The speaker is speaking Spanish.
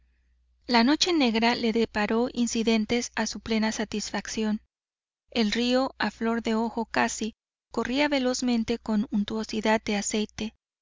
la noche negra le deparó incidentes a su plena satisfacción el río a flor de ojo casi corría velozmente con untuosidad de aceite